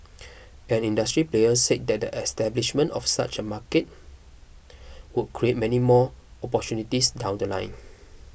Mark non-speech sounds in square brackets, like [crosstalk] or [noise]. [noise] an industry player said that the establishment of such a market [noise] would create many more opportunities down The Line